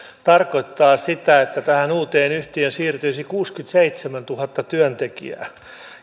tarkoittaa sitä että tähän uuteen yhtiöön siirtyisi kuusikymmentäseitsemäntuhatta työntekijää